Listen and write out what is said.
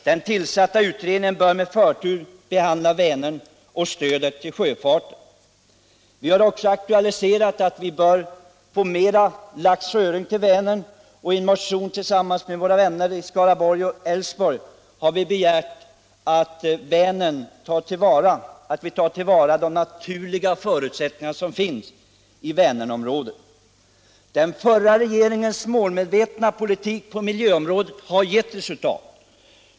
Den tillsatta utredningen bör med förtur behandla Vänern och stödet till sjöfarten. Vi har också aktualiserat behovet av ökad inplantering av lax och öring till Vänern. I en motion har vi tillsammans med partivännerna i Skaraborg och Älvsborgs Norra begärt att man tillvaratar de naturliga förutsättningar som finns i Vänerområdet. Den förra regeringens målmedvetna politik på miljöområdet har gett resultat.